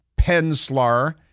Penslar